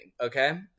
okay